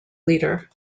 leader